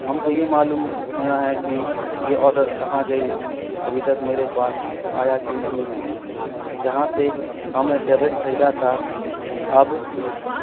ہم کو یہ معلوم ہونا ہے کہ یہ آرڈر کہاں گئی ابھی تک میرے پاس آیا کیوں نہیں ہے جہاں سے ہم نے ٹیبلیٹ خریدا تھا اب